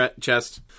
chest